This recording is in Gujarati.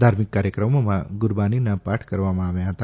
ધાર્મિક કાર્યક્રમોમાં ગુરબાનીના પાઠ કરવામાં આવ્યા હતા